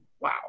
Wow